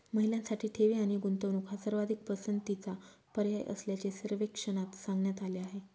महिलांसाठी ठेवी आणि गुंतवणूक हा सर्वाधिक पसंतीचा पर्याय असल्याचे सर्वेक्षणात सांगण्यात आले आहे